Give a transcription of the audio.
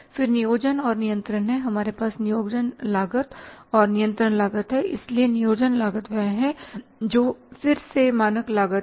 फिर नियोजन और नियंत्रण है हमारे पास नियोजन लागत और नियंत्रण लागत है इसलिए नियोजन लागत वह है जो फिर से मानक लागत है